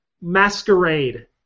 Masquerade